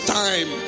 time